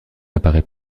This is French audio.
apparaît